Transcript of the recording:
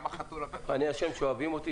אני אשם שאוהבים אותי?